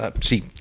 see